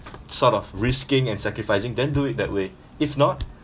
sort of risking and sacrificing then do it that way if not